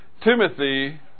Timothy